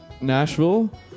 Nashville